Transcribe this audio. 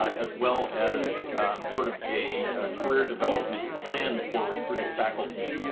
ah as well as sort of a career development plan for recruited faculty,